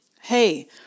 Hey